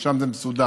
שם זה מסודר,